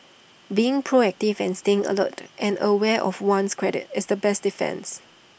being proactive and staying alert and aware of one's credit is the best defence